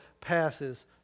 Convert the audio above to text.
passes